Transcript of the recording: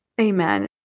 Amen